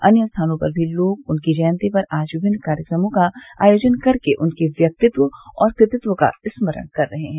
अन्य स्थानों पर भी लोग उनकी जयंती पर आज विभिन्न कार्यक्रमों का आयोजन कर के उनके व्यक्तित्व और कृतित्व का स्मरण कर रहे हैं